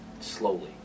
slowly